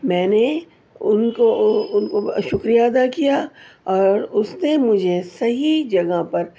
میں نے ان کو شکریہ ادا کیا اور اس نے مجھے صحیح جگہ پر